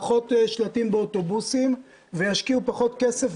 פחות שלטים באוטובוסים וישקיעו פחות כסף